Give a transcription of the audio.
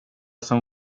som